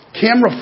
camera